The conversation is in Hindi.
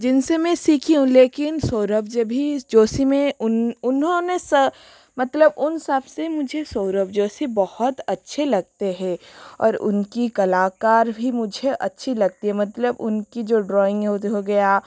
जिनसे मैं सीखी हूँ लेकिन सौरभ जभी जोशी मैं उन उन्होंने स मतलब उन सबसे मुझे सौरभ जोशी बहुत अच्छे लगते हैं और उनकी कलाकारी भी मुझे अच्छी लगती है मतलब उनकी जो ड्राॅइंग होती हो गया